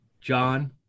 John